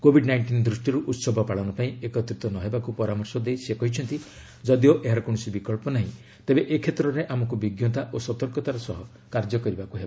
Covid nineteen ଦୃଷ୍ଟିରୁ ଉହବ ପାଳନ ପାଇଁ ଏକତ୍ରିତ ନ ହେବାକୁ ପରାମର୍ଶ ଦେଇ ସେ କହିଛନ୍ତି ଯଦିଓ ଏହାର କୌଣସି ବିକଳ୍ପ ନାହିଁ ତେବେ ଏ କ୍ଷେତ୍ରରେ ଆମକୁ ବିଜ୍ଞତା ଓ ସତର୍କତାର ସହ କାର୍ଯ୍ୟ କରିବାକୁ ହେବ